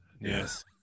Yes